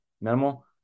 minimal